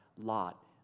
Lot